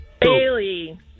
Bailey